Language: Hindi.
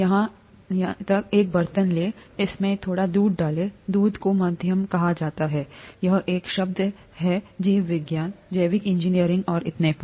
यहां एक बर्तन लें इसमें थोड़ा दूध डालें दूध को माध्यम कहा जाता हैयह एक शब्द है जीव विज्ञान जैविक इंजीनियरिंग और इतने पर